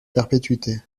perpétuité